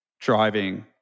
driving